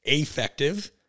Affective